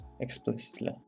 explicitly